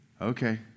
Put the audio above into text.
Okay